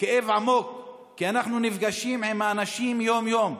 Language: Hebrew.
כאב עמוק, כי אנחנו נפגשים עם האנשים יום-יום.